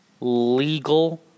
legal